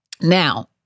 now